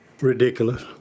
Ridiculous